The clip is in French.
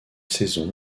saison